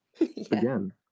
again